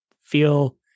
feel